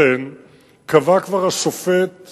לכן קבע כבר השופט